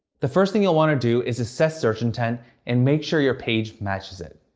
the first thing you'll want to do is assess search intent and make sure your page matches it.